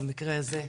במקרה הזה,